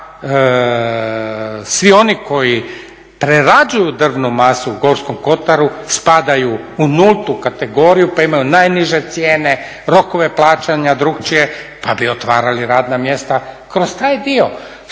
svi oni koji prerađuju drvnu masu u Gorskom Kotaru spadaju u nultu kategoriju pa imaju najniže cijene, rokove plaćanja drugačije pa bi otvarali radna mjesta kroz taj dio.